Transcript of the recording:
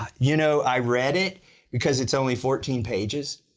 you know, i read it because it's only fourteen pages.